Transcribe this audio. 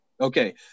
Okay